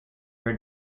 her